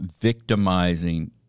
victimizing